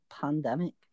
pandemic